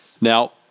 Now